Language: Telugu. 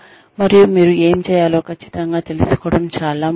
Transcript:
మరియు మీరు ఏమి చేయాలో ఖచ్చితంగా తెలుసుకోవడం చాలా ముఖ్యం